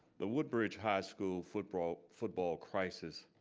the woodbridge high school football football crisis